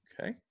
Okay